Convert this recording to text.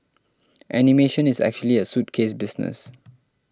animation is actually a suitcase business